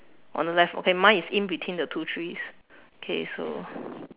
on the left okay mine is in between the two trees okay so